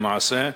למעשה.